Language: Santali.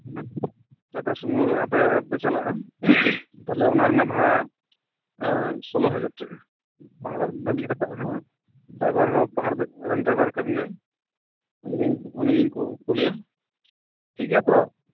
ᱦᱮᱸ ᱴᱟᱴᱟᱥᱚᱢᱩ ᱟᱯᱮ ᱯᱮ ᱪᱟᱞᱟᱜᱼᱟ ᱛᱟᱦᱚᱞᱮ ᱚᱱᱟ ᱨᱮᱱᱟᱜ ᱵᱷᱟᱲᱟ ᱥᱳᱞᱳ ᱦᱟᱡᱟᱨ ᱴᱟᱠᱟ ᱜᱟᱹᱰᱤ ᱨᱟᱠᱟᱵ ᱦᱮᱸ ᱰᱨᱟᱭᱵᱷᱟᱨ ᱦᱚᱸ ᱯᱟᱦᱟᱲ ᱫᱮᱡ ᱨᱮᱱ ᱰᱨᱟᱭᱵᱷᱟᱨ ᱠᱟᱱ ᱜᱮᱭᱟᱭ ᱩᱱᱤ ᱜᱮᱧ ᱠᱩᱞᱮᱭᱟ ᱴᱷᱤᱠ ᱜᱮᱭᱟ ᱛᱚ